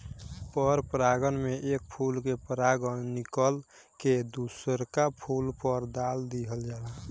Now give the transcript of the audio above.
पर परागण में एक फूल के परागण निकल के दुसरका फूल पर दाल दीहल जाला